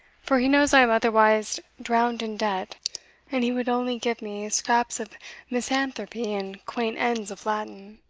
for he knows i am otherwise drowned in debt and he would only give me scraps of misanthropy and quaint ends of latin.